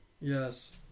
Yes